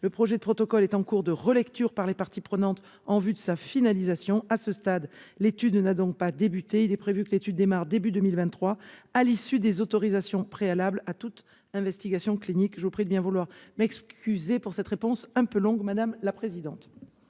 Le projet de protocole est en cours de relecture par les parties prenantes, en vue de sa finalisation. À ce stade, l'étude n'a donc pas débuté. Il est prévu qu'elle démarre au début de l'année 2023, à l'issue des autorisations préalables à toute investigation clinique. Je vous prie de bien vouloir excuser cette réponse un peu longue, madame la présidente.